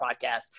podcast